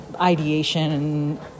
ideation